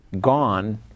gone